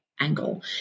Angle